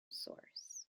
source